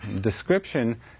description